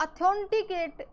authenticate